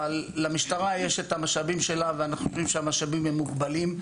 אבל למשטרה יש את המשאבים שלה ואנחנו יודעים שהמשאבים הם מוגבלים.